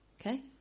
okay